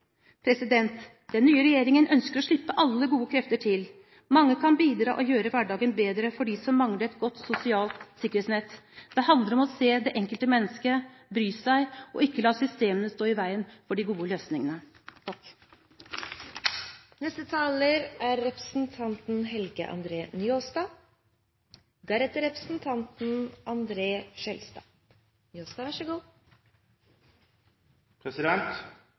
Den nye regjeringen ønsker å slippe alle gode krefter til. Mange kan bidra og gjøre hverdagen bedre for dem som mangler et godt sosialt sikkerhetsnett. Det handler om å se det enkelte menneske, bry seg og ikke la systemene stå i veien for de gode løsningene. Det har vore hyggjeleg å følgja trontaledebatten i dag og registrera at kommunesektoren har fått stor plass og mykje god